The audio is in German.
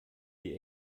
die